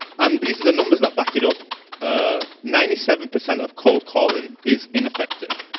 and these are the numbers that back it up ah ninety seven percent of cold colling is ineffective.